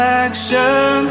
action